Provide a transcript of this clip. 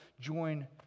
join